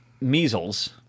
measles